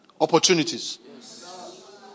Opportunities